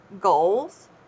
goals